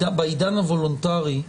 בעידן הוולונטרי,